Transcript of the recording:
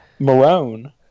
Marone